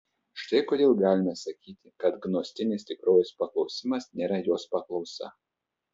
štai kodėl galime sakyti kad gnostinis tikrovės paklausimas nėra jos paklausa